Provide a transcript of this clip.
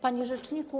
Panie Rzeczniku!